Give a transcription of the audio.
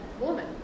woman